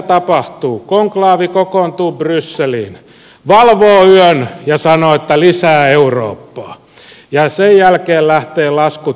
konklaavi kokoontuu brysseliin valvoo yön ja sanoo että lisää eurooppaa ja sen jälkeen lähtevät laskut kansallisille hallituksille